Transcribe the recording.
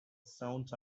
sounds